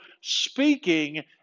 speaking